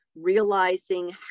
realizing